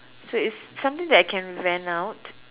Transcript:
so it's something that I can vent out